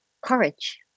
courage